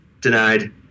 denied